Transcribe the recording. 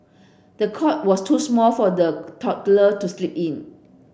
the cot was too small for the toddler to sleep in